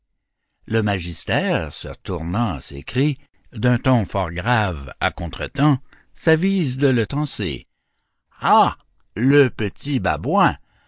le magister se tournant à ses cris d'un ton fort grave à contretemps s'avise de le tancer ah le petit babouin